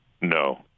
no